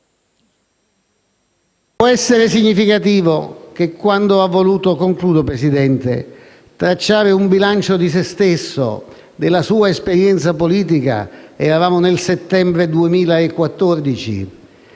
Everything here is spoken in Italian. Può essere significativo che, quando ha voluto tracciare un bilancio di se stesso e della sua esperienza politica - eravamo nel settembre 2014